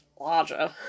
larger